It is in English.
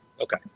Okay